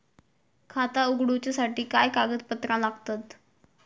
खाता उगडूच्यासाठी काय कागदपत्रा लागतत?